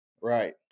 Right